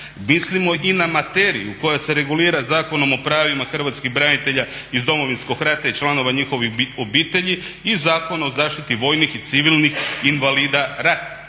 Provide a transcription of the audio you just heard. mislimo i na materiju koja se regulira Zakonom o pravima hrvatskih branitelja iz Domovinskog rata i članova njihovih obitelji i Zakona o zaštiti vojnih i civilnih invalida rata.